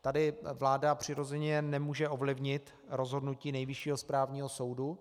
Tady vláda přirozeně nemůže ovlivnit rozhodnutí Nejvyššího správního soudu.